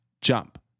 jump